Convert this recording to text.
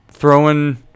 throwing